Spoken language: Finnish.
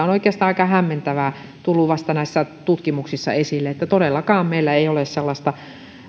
on oikeastaan aika hämmentävää tullut vasta näissä tutkimuksissa esille että todellakaan meillä ei ole sellaista